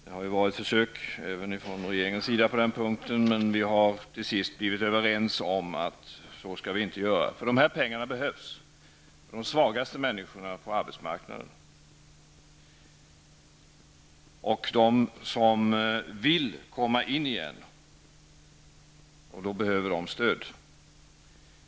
Det har förekommit försök även från regeringens sida på den punkten. Men vi har till sist blivit överens om att vi inte skall göra på det sättet. De här pengarna behövs för de svagaste människorna på arbetsmarknaden och för dem som vill komma in på arbetsmarknaden igen. Då behöver de stöd.